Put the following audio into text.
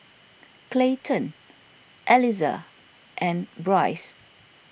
Clayton Eliza and Bryce